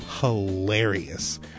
hilarious